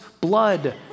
blood